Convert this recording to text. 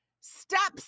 steps